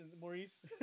Maurice